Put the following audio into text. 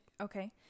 Okay